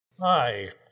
Hi